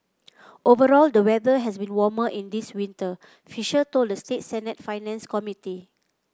overall the weather has been warmer in this winter fisher told the state Senate's Finance Committee